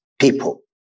people